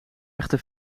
echte